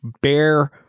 Bear